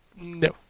No